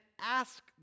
ask